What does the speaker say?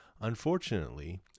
Unfortunately